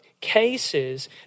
cases